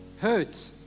hurt